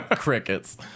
Crickets